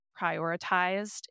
prioritized